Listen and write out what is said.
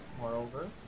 Moreover